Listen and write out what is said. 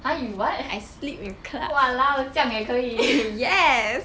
!huh! you what !walao! 这样也可以